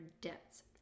debts